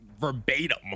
verbatim